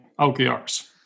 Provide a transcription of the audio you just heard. OKRs